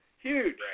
Huge